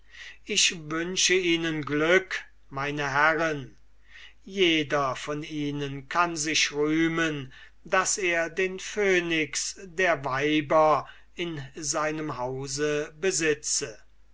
ich wünsche ihnen glück meine herren jeder von ihnen kann sich rühmen daß er den phönix der weiber in seinem hause besitze